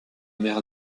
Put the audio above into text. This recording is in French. mer